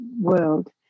world